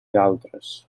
d’altres